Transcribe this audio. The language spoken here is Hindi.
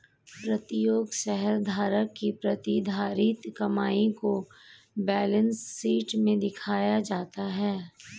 प्रत्येक शेयरधारक की प्रतिधारित कमाई को बैलेंस शीट में दिखाया जाता है